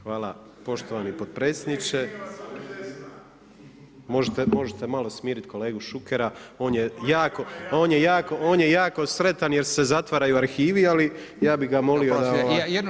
Hvala, poštovani potpredsjedniče, možete malo smiriti kolegu Šukera, on je jako, on je jako sretan jer se zatvaraju arhivi ali ja bi ga molio.